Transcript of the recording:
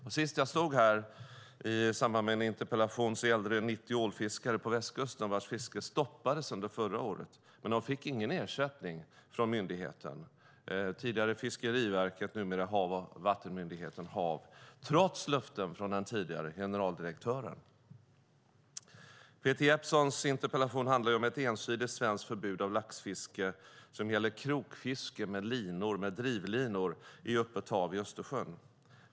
Senast jag stod här i samband med en interpellation gällde det 90 ålfiskare på västkusten vars fiske stoppades under förra året, men de fick ingen ersättning från myndigheten, tidigare Fiskeriverket numera Havs och vattenmyndigheten HaV, trots löften från den tidigare generaldirektören. Peter Jeppssons interpellation handlar om ett ensidigt svenskt förbud mot laxfiske. Det gäller krokfiske med drivlinor i öppet hav i Östersjön.